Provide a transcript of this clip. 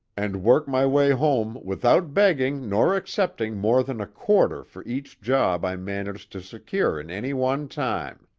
and work my way home without begging nor accepting more than a quarter for each job i managed to secure in any one time.